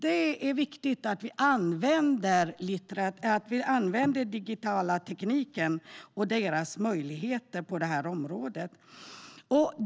Det är viktigt att vi använder den digitala tekniken och dess möjligheter på det här området.